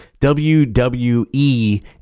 WWE